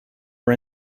for